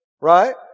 right